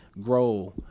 grow